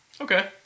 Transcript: Okay